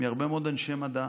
מהרבה מאוד אנשי מדע,